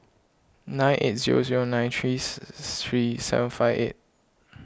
nine eight zero zero nine three three seven five eight